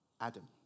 Adam